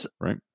Right